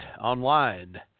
online